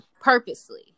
Purposely